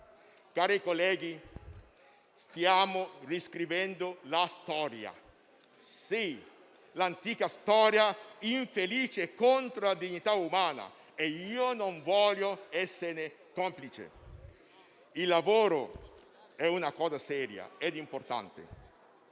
Cari colleghi, stiamo riscrivendo la storia. Sì, l'antica storia infelice contro la dignità umana e io non voglio essere complice. Il lavoro è una cosa seria ed importante,